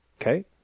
Okay